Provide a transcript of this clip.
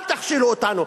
אל תכשילו אותנו,